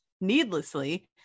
needlessly